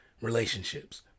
relationships